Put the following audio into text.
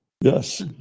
yes